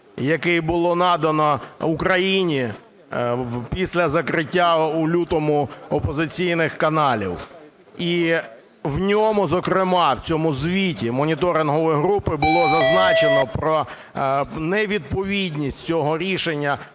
який було надано Україні після закриття у лютому опозиційних каналів. І в ньому зокрема, в цьому звіті моніторингової групи було зазначено про невідповідність цього рішення